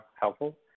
helpful